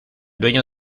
dueño